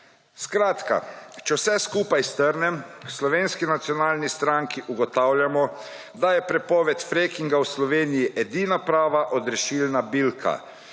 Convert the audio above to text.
Skratka, če vse skupaj strnem, v Slovenski nacionalni stranki ugotavljamo, da je prepoved frackinga v Sloveniji edina prava odrešilna bilka,